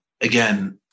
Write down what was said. again